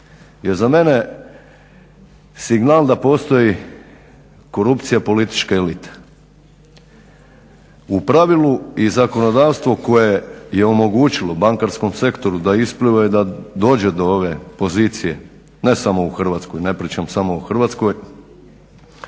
je za mene signal da postoji korupcija političke elite. U pravilu i zakonodavstvo koje je omogućilo bankarskom sektoru da …/Govornik se ne razumije./… da dođe do ove pozicije, ne samo u Hrvatskoj. Ne pričam samo o Hrvatskoj,